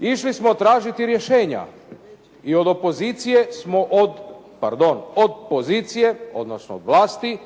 išli smo tražiti rješenja i od opozicije smo, pardon od pozicije, odnosno vlasti